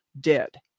Dead